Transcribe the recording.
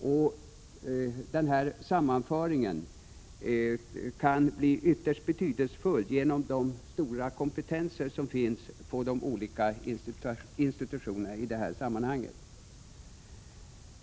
Sammanföringen av dessa resurser kan bli ytterst betydelsefull genom den stora kompetens som i detta sammanhang finns på de olika institutionerna.